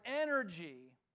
energy